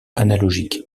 analogique